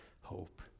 hope